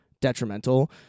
detrimental